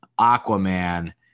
Aquaman